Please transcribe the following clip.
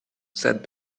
said